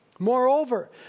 Moreover